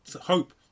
hope